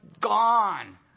gone